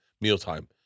mealtime